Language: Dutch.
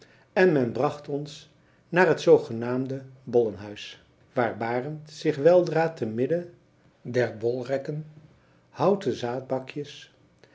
en men bracht ons naar het zoogenaamde bollenhuis waar barend zich weldra te midden der bolrekken houten